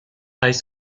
high